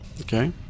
Okay